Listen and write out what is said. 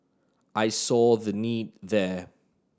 I saw the need there